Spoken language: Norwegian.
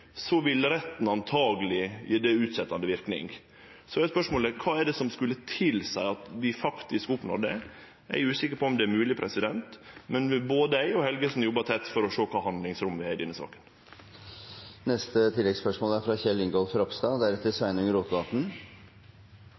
retten antakeleg ha gjeve det utsetjande verknad. Så er spørsmålet: Kva er det som skulle tilseie at vi faktisk oppnår det? Eg er usikker på om det er mogleg. Men både eg og statsråd Helgesen jobbar tett for å sjå kva for handlingsrom vi har i denne saka. Kjell Ingolf Ropstad